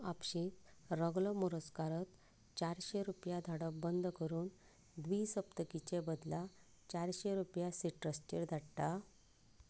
तूं आपशींच रगलो मोरजकाराक चारशे रुपया धाडप बंद करून द्विसप्तकीचे बदला चारशे रुपया सिट्रसचेर धाडटा